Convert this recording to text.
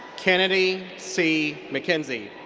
kennedy c. mckenzie.